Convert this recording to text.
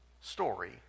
story